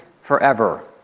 forever